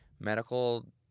medical